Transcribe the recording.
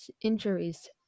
injuries